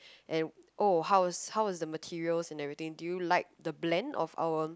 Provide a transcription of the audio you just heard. and oh how is how is the materials and everything do you like the blend of our